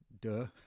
duh